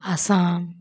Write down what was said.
Assam